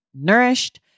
Nourished